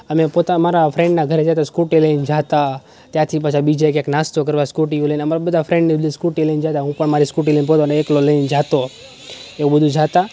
અમે પોતા અમારા ફ્રેન્ડના ઘરે જતાં સ્કૂટી લઈને જતા ત્યાંથી પાછા બીજે ક્યાંક નાસ્તો કરવા સ્કૂટીઓ લઈને અમારા બધા ફ્રેન્ડને બધા સ્કૂટીઓ લઈને જતાં હું પણ મારી સ્કૂટી લઈને પોતાનો એકલો લઈને જતો એવું બધું જતાં